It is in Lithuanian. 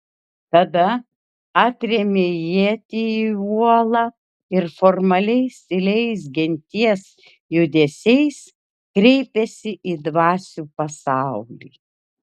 tada atrėmė ietį į uolą ir formaliais tyliais genties judesiais kreipėsi į dvasių pasaulį